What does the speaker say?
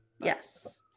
Yes